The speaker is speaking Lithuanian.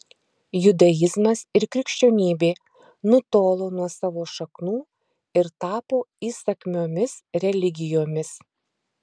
judaizmas ir krikščionybė nutolo nuo savo šaknų ir tapo įsakmiomis religijomis